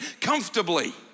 comfortably